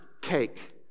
take